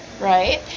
right